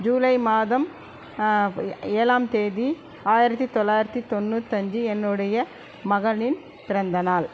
ஜீலை மாதம் ஏழாம் தேதி ஆயிரத்து தொள்ளாயிரத்து தொண்ணூற்றஞ்சி என்னுடைய மகளின் பிறந்தநாள்